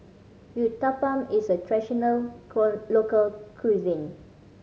uthapam is a traditional local cuisine